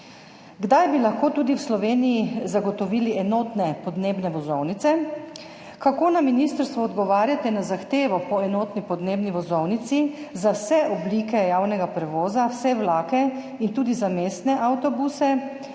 Kdaj bi lahko tudi v Sloveniji zagotovili enotne podnebne vozovnice? Kako na ministrstvu odgovarjate na zahtevo po enotni podnebni vozovnici za vse oblike javnega prevoza, vse vlake in tudi za mestne avtobuse